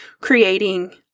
creating